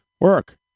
Work